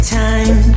time